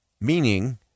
Meaning